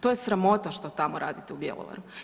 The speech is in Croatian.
To je sramota što tamo radite u Bjelovaru.